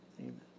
amen